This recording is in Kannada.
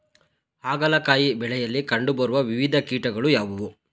ಹಾಗಲಕಾಯಿ ಬೆಳೆಯಲ್ಲಿ ಕಂಡು ಬರುವ ವಿವಿಧ ಕೀಟಗಳು ಯಾವುವು?